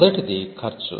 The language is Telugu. మొదటిది ఖర్చు